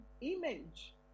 image